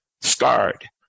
scarred